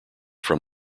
from